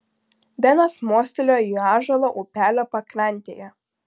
benas mostelėjo į ąžuolą upelio pakrantėje